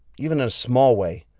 even in a small way,